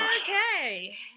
Okay